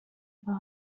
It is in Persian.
بار